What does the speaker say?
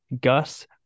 Gus